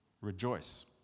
rejoice